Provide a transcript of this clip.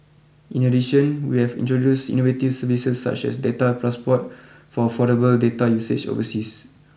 in addition we have introduced innovative services such as Data Passport for affordable data usage overseas